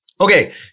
Okay